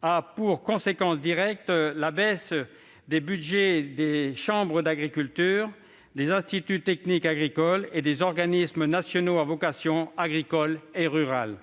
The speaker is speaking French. a pour conséquence directe une diminution des budgets des chambres d'agriculture, des instituts techniques agricoles et des organismes nationaux à vocation agricole et rurale.